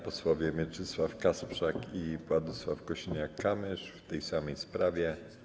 Posłowie Mieczysław Kasprzak i Władysław Kosiniak-Kamysz w tej samej sprawie.